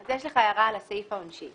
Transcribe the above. יש לך הערה על הסעיף העונשי.